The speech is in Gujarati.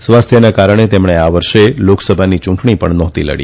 સ્વાસ્થ્યના કારણે તેમણે આ વર્ષે લોકસભાની ચુંટણી પણ નહોતી લડી